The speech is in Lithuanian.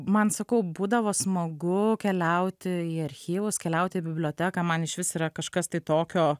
man sakau būdavo smagu keliauti į archyvus keliauti į biblioteką man išvis yra kažkas tai tokio